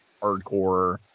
hardcore